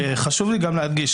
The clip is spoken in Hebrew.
וחשוב לי גם להדגיש.